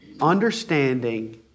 understanding